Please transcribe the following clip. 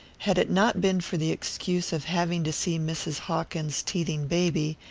had it not been for the excuse of having to see mrs. hawkins's teething baby,